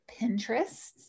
Pinterest